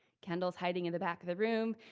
kendall's hiding in the back of the room,